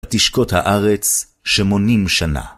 תשקוט הארץ שמונים שנה.